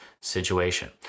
situation